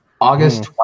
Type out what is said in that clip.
August